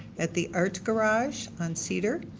at the art garage on cedar.